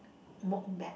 walk back